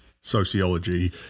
sociology